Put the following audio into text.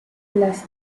las